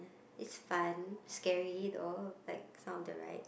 is fun scary though like some of the ride